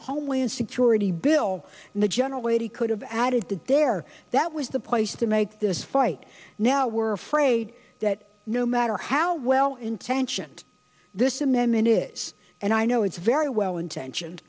a homeland security bill in the general way he could have added that there that was the place the make this fight now we're afraid that no matter how well intentioned this amendment is and i know it's very well intentioned